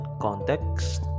context